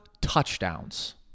touchdowns